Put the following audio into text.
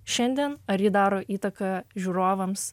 šiandien ar ji daro įtaką žiūrovams